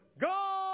Go